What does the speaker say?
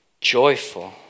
joyful